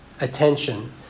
attention